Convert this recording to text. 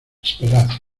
esperad